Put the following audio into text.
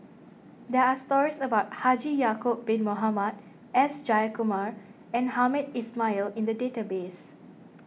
there are stories about Haji Ya'Acob Bin Mohamed S Jayakumar and Hamed Ismail in the database